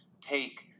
take